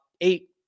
eight